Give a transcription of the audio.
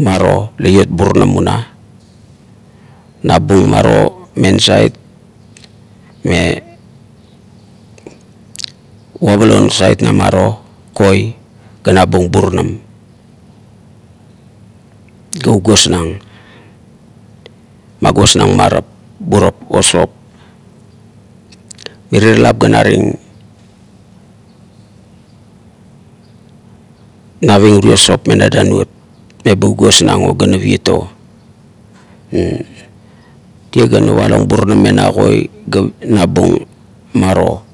maro la lot burunam una. nabung maro me nasait me babal ing nasait na miro koi ga nabung burunam ga ugosmeng, magosmeng marap burap o sop. Mirie lop ga naring, meba ugosmeng o ga nariet o "ur" tie ga novalang burunam mena koi ga nabung maro.